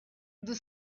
the